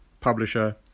publisher